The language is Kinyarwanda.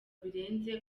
birenze